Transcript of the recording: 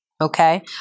Okay